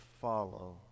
follow